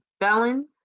felons